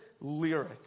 lyric